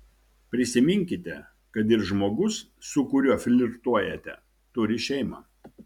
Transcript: prisiminkite kad ir žmogus su kuriuo flirtuojate turi šeimą